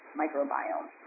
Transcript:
microbiome